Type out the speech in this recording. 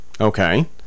Okay